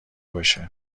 بشه